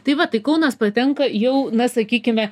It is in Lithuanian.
tai va tai kaunas patenka jau na sakykime